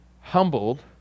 humbled